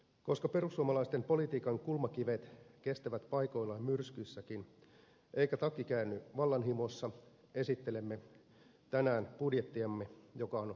koska perussuomalaisten politiikan kulmakivet kestävät paikoillaan myrskyissäkin eikä takki käänny vallanhimossa esittelemme tänään budjettiamme joka on varjobudjetti